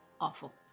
awful